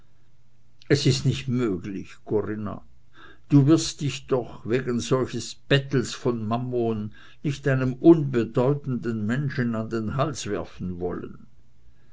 es ist nicht möglich corinna du wirst dich doch wegen solches bettels von mammon nicht einem unbedeutenden menschen an den hals werfen wollen